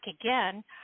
again